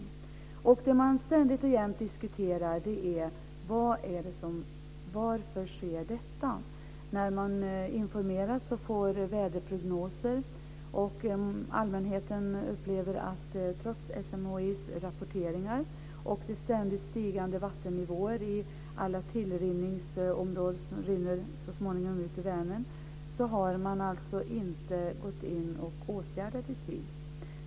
Det allmänheten ständigt och jämt diskuterar är varför detta sker. Man informeras och får väderprognoser. Allmänheten upplever att man, trots SMHI:s rapporteringar och ständigt stigande vattennivåer i alla tillrinningsområden - vattnet rinner så småningom ut i Vänern - inte har gått in och åtgärdat i tid.